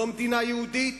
לא מדינה יהודית,